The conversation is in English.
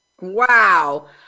Wow